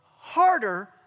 harder